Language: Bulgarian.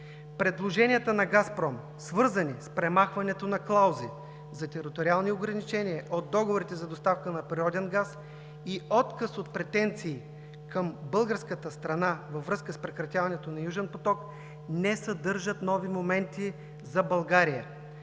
Предложенията на „Газпром“, свързани с премахването на клаузи за териториални ограничения от договорите за доставка на природен газ и отказ от претенции към българската страна във връзка с прекратяването на „Южен поток“, не съдържат нови моменти за България,